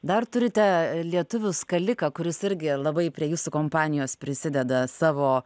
dar turite lietuvių skaliką kuris irgi labai prie jūsų kompanijos prisideda savo